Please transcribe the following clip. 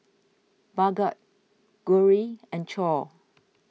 Bhagat Gauri and Choor